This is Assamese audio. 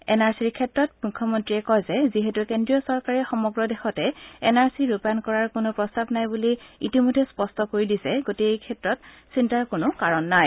এন আৰ চিৰ ক্ষেত্ৰত মুখ্য মন্ত্ৰীয়ে কয় যে যিহেতু কেন্দ্ৰীয় চৰকাৰে সমগ্ৰ দেশত এন আৰ চি ৰূপায়ন কৰাৰ কোনো প্ৰস্তাৱ নাই বুলি ইতিমধ্যে স্পষ্ট কৰি দিছে গতিকে এই ক্ষেত্ৰত কোনো চিন্তাৰ কাৰণ নাই